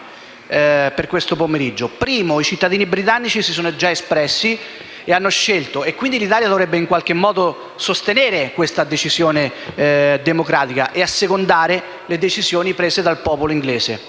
per questo pomeriggio. Il primo: i cittadini britannici si sono già espressi ed hanno scelto, quindi l'Italia dovrebbe sostenere questa decisione democratica e assecondare le decisioni prese dal popolo